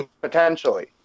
potentially